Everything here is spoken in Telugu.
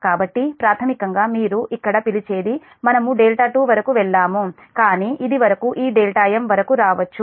కాబట్టి ప్రాథమికంగా మీరు ఇక్కడ పిలిచేది మనము 2 వరకు వెళ్ళాము కానీ ఇది వరకు ఈ m వరకు రావచ్చు